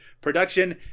production